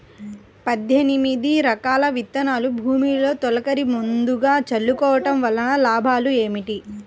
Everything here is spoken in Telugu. పద్దెనిమిది రకాల విత్తనాలు భూమిలో తొలకరి ముందుగా చల్లుకోవటం వలన లాభాలు ఏమిటి?